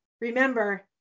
remember